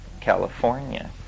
California